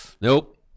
Nope